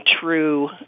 true